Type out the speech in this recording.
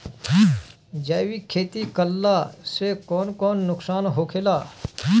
जैविक खेती करला से कौन कौन नुकसान होखेला?